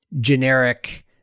generic